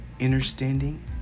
understanding